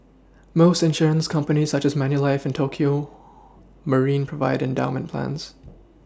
most insurance companies such as Manulife and Tokio Marine provide endowment plans